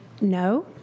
no